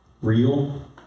real